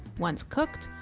once cooked,